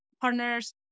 partners